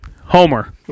Homer